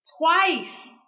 twice